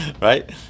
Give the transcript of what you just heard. Right